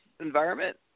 environment